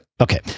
Okay